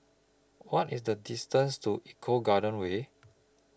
What IS The distance to Eco Garden Way